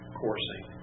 coursing